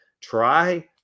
try